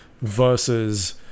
versus